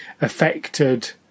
affected